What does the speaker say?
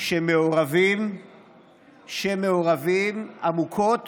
שמעורבים עמוקות